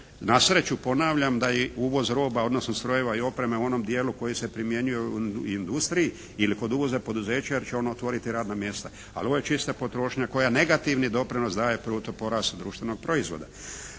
Na sreću ponavljam, da i uvoz roba, odnosno strojeva i opreme u onom dijelu koji se primjenjuje u industriji ili kod uvoza poduzeća jer će ono otvoriti radna mjesta, ali ovo je čista potrošnja koja negativni doprinos daje bruto porast društvenog proizvoda.